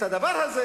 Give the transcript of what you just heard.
את הדבר הזה